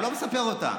הוא לא מספר אותה.